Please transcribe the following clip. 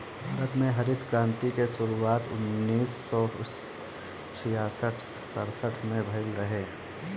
भारत में हरित क्रांति के शुरुआत उन्नीस सौ छियासठ सड़सठ में भइल रहे